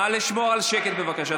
נא לשמור על שקט, בבקשה.